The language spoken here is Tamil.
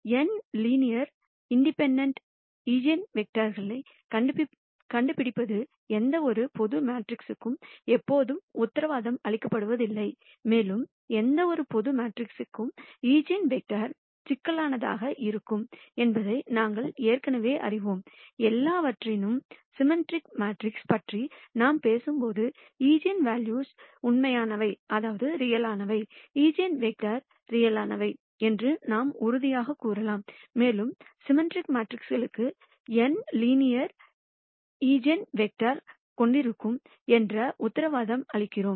n லீனியர் இண்டிபெண்டெண்ட் ஈஜென்வெக்டர்களைக் கண்டுபிடிப்பது எந்தவொரு பொது மேட்ரிக்ஸுக்கும் எப்போதும் உத்தரவாதம் அளிக்கப்படுவதில்லை மேலும் எந்தவொரு பொது மேட்ரிக்ஸிற்கும் ஈஜென்வெக்டர்கள் சிக்கலானதாக இருக்கும் என்பதை நாங்கள் ஏற்கனவே அறிவோம் எவ்வாறாயினும் சிம்மெட்ரிக் மேட்ரிக்ஸ் பற்றி நாம் பேசும்போது ஈஜென்வெல்யூக்கள்உண்மையானவை ஈஜென்வெக்டர்கள் உண்மையானவை என்று நாம் உறுதியாகக் கூறலாம் மேலும் சிம்மெட்ரிக் மேட்ரிக்குகளுக்கு n லீனியர் இண்டிபெண்டெண்ட் ஈஜென்வெக்டர்களைக் கொண்டிருக்கும் என்று உத்தரவாதம் அளிக்கிறோம்